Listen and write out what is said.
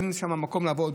אין שם מקום לעבוד.